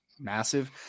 massive